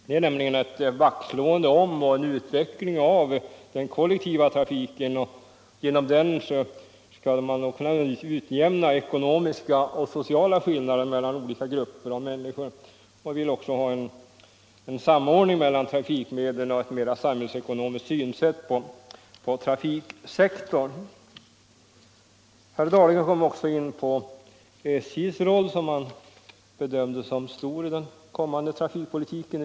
De syftar till ett vaktslående om och en utveckling av den kollektiva trafiken. Genom den skall man också utjämna ekonomiska och sociala skillnader mellan olika grupper av människor. Vi vill också ha en samordning mellan trafikmedlen och ett mera samhällsekonomiskt synsätt på trafiksektorn. Herr Dahlgren kom också in på SJ:s roll, som han bedömde som stor i den kommande trafikpolitiken.